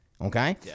okay